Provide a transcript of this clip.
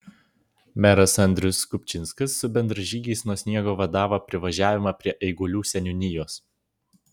meras andrius kupčinskas su bendražygiais nuo sniego vadavo privažiavimą prie eigulių seniūnijos